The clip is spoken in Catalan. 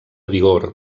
vigor